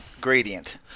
gradient